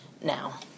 Now